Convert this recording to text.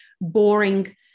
boring